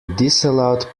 disallowed